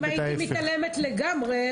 אם הייתי מתעלמת לגמרי,